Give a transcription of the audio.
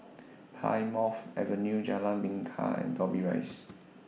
Plymouth Avenue Jalan Bingka and Dobbie Rise